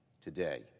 today